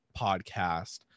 podcast